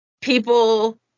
people